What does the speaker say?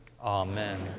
Amen